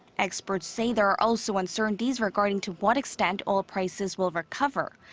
experts say there are also uncertainties regarding to what extent oil prices will recover.